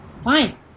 fine